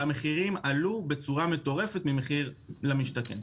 המחירים עלו בצורה מטורפת לעומת מחיר למשתכן.